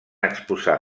exposar